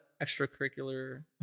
extracurricular